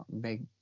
big